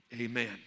Amen